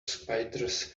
spiders